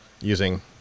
using